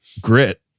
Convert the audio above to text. Grit